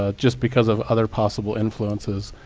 ah just because of other possible influences,